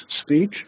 speech